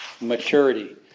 Maturity